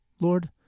Lord